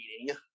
meeting